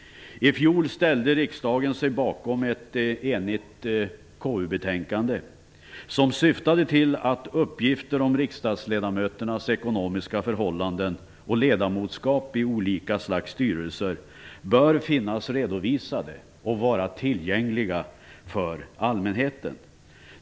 I fjol ställde riksdagen sig bakom ett enigt KU betänkande som syftade till att uppgifter om riksdagsledamöternas ekonomiska förhållanden och ledamotskap i olika slags styrelser bör finnas redovisade och vara tillgängliga för allmänheten.